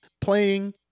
playing